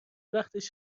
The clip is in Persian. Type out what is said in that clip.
وقتش